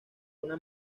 una